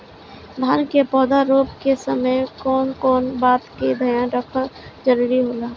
धान के पौधा रोप के समय कउन कउन बात के ध्यान रखल जरूरी होला?